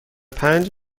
پنج